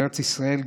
לארץ ישראל,